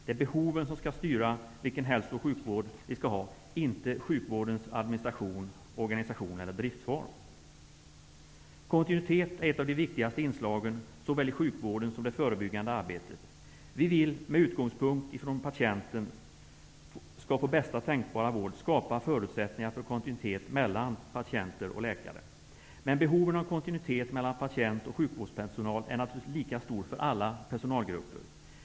Det är behoven som skall styra vilken hälso och sjukvård vi skall ha, inte sjukvårdens administration, organisation eller driftform. Kontinuitet är ett av de viktigaste inslagen såväl i sjukvården som i det förebyggande arbetet. Vi vill med utgångspunkt i att patienten skall få bästa tänkbara vård skapa förutsättningar för kontinuitet mellan patienter och läkare. Men behovet av kontinuitet mellan patient och sjukvårdspersonal är naturligtvis lika stort för alla personalgrupper.